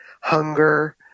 hunger